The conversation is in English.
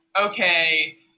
okay